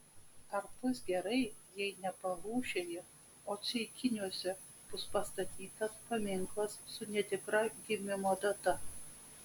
ar bus gerai jei ne palūšėje o ceikiniuose bus pastatytas paminklas su netikra gimimo data